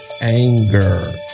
anger